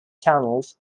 channels